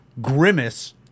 Grimace